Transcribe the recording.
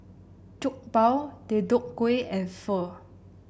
Jokbal Deodeok Gui and Pho